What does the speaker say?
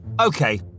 Okay